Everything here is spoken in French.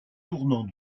tournant